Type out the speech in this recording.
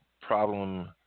problem